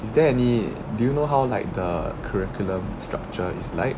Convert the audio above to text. is there any do you know how like the curriculum structure is like